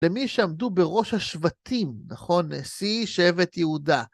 למי שעמדו בראש השבטים, נכון? נשיא שבט יהודה.